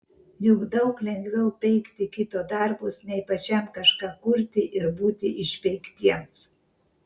juk daug lengviau peikti kito darbus nei pačiam kažką kurti ir būti išpeiktiems